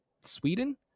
Sweden